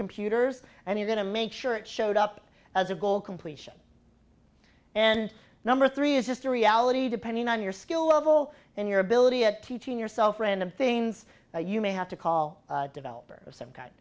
computers and you're going to make sure it showed up as a goal completion and number three is just a reality depending on your skill level and your ability at teaching yourself random things you may have to call developer of some